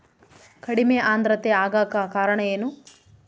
ಕಡಿಮೆ ಆಂದ್ರತೆ ಆಗಕ ಕಾರಣ ಏನು?